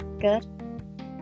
good